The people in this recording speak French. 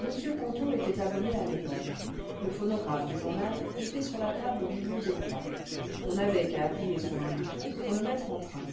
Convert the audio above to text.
m ponto était abonné à yepoque le phonographe du journal était sur la table au milieu des plats on n'avait qu'à appuyer sur un bouton pour le mettre en train